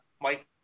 Mike